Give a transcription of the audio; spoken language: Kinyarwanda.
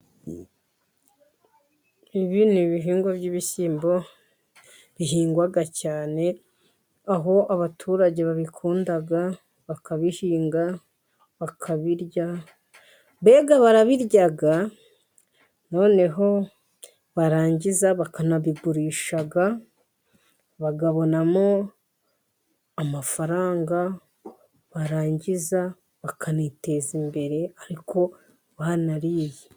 Ibi ni ibihingwa by'ibishyimbo bihingwa cyane, aho abaturage babikunda, bakabihinga bakabirya. Mbega barabirya, noneho barangiza bakanabigurisha, bakabonamo amafaranga barangiza bakaniteza imbere ariko banariye.